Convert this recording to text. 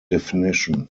definition